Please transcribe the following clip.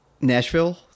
Nashville